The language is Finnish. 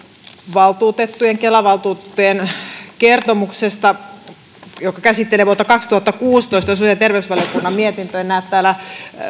valtuutettujen kela valtuutettujen kertomuksesta joka käsittelee vuotta kaksituhattakuusitoista ja sosiaali ja terveysvaliokunnan mietinnöstä en näe täällä